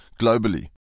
globally